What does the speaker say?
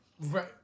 Right